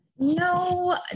No